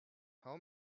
how